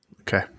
Okay